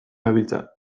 gabiltza